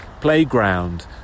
playground